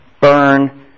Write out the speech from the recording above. burn